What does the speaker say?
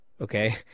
okay